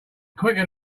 quicker